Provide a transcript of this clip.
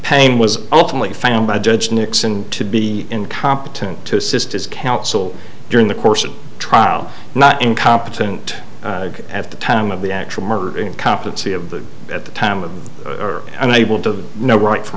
pain was ultimately found by judge nixon to be incompetent to assist his counsel during the course of trial not incompetent at the time of the actual murder incompetency of the at the time of her unable to know right from